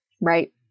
Right